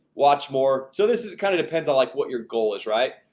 watch more, so this is kind of depends on like what your goal is right